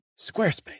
Squarespace